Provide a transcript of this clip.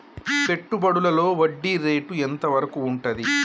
పెట్టుబడులలో వడ్డీ రేటు ఎంత వరకు ఉంటది?